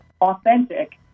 authentic